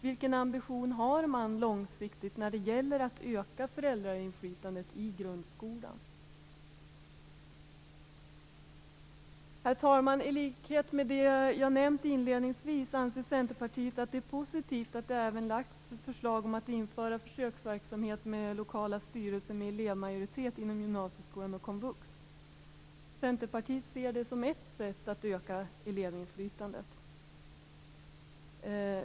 Vilken ambition har man långsiktigt när det gäller att öka föräldrainflytandet i grundskolan? Herr talman! I likhet med det jag nämnt inledningsvis anser Centerpartiet att det är positivt att det även lagts fram förslag om att införa försöksverksamhet med lokala styrelser med elevmajoritet inom gymnasieskolan och komvux. Centerpartiet ser det som ett sätt att öka elevinflytandet.